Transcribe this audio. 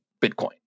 Bitcoin